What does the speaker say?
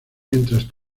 mientras